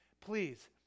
Please